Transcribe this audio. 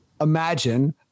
imagine